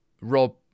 Rob